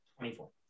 24